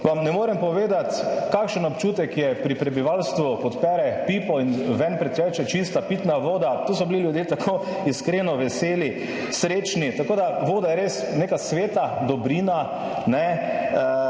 vam ne morem povedati, kakšen občutek je pri prebivalstvu, / nerazumljivo/ pipo in ven priteče čista pitna voda. To so bili ljudje tako iskreno veseli, srečni. Tako da voda je res neka sveta dobrina, ne,